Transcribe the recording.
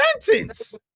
sentence